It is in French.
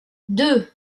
deux